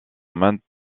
maintenant